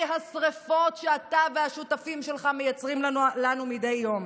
השרפות שאתה והשותפים שלך מייצרים לנו מדי יום.